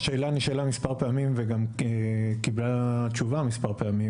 אני חושב שהשאלה נשאלה מספר פעמים וגם קיבלה תשובה מספר פעמים,